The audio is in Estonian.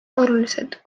olulised